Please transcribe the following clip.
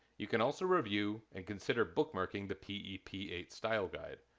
you can also review and consider bookmarking the p e p eight style guide.